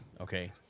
Okay